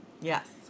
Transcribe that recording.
Yes